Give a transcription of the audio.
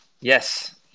Yes